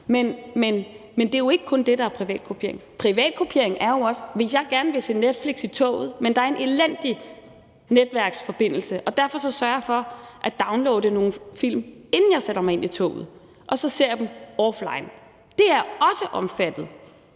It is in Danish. Men det er jo ikke kun det, der er privatkopiering. Privatkopiering sker jo også på den måde, at hvis jeg gerne vil se noget på Netflix i toget, men der er en elendig netværksforbindelse, så sørger jeg for at downloade nogle film, inden jeg sætter mig ind i toget, og så ser jeg dem offline. Det er også omfattet